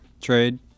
trade